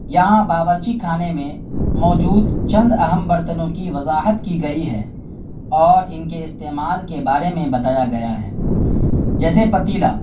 یہاں باورچی خانے میں موجود چند اہم برتنوں کی وضاحت کی گئی ہے اور ان کے استعمال کے بارے میں بتایا گیا ہے جیسے پتیلا